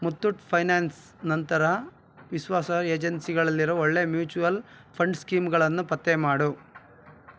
Muthoot finance ನಂತಹ ವಿಶ್ವಾಸ ಏಜೆನ್ಸಿಗಳಲ್ಲಿರೋ ಒಳ್ಳೆಯ ಮ್ಯೂಚುಅಲ್ ಫಂಡ್ ಸ್ಕೀಮ್ಗಳನ್ನು ಪತ್ತೆ ಮಾಡು